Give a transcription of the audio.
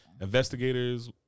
Investigators